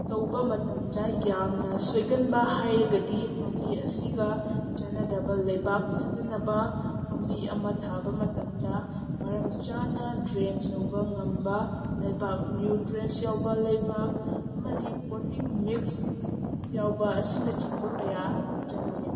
ꯇꯧꯕ ꯃꯇꯝꯗ ꯌꯥꯝꯅ ꯁꯣꯏꯒꯟꯕ ꯍꯥꯏꯔꯒꯗꯤ ꯄꯥꯝꯕꯤ ꯑꯁꯤꯒ ꯆꯥꯟꯅꯗꯕ ꯂꯩꯕꯥꯛ ꯁꯤꯖꯤꯟꯅꯕ ꯄꯥꯝꯕꯤ ꯑꯃ ꯊꯥꯕ ꯃꯇꯝꯗ ꯃꯔꯝ ꯆꯥꯅ ꯗ꯭ꯔꯦꯟ ꯇꯧꯕ ꯉꯝꯕ ꯂꯩꯕꯥꯛ ꯅ꯭ꯌꯨꯇ꯭ꯔꯦꯟꯁ ꯌꯥꯎꯕ ꯂꯩꯕꯥꯛ ꯑꯃꯗꯤ ꯄꯣꯔꯇꯤꯡ ꯃꯤꯛꯁ ꯌꯥꯎꯕ ꯑꯁꯤꯅꯆꯥꯡꯕ ꯀꯌꯥ ꯆꯪꯉꯤ